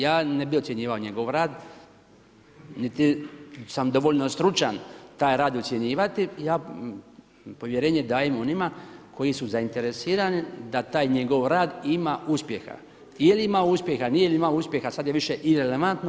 Ja ne bih ocjenjivao njegov rad, niti sam dovoljno stručan taj rad ocjenjivati, ja povjerenje dajem onima koji su zainteresirani da taj njegov rad ima uspjeha, jel imao uspjeha, nije imao uspjeha, sad je više irelevantno.